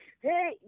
hey